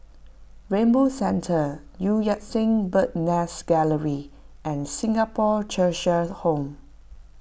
Rainbow Centre Eu Yan Sang Bird's Nest Gallery and Singapore Cheshire Home